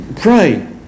Pray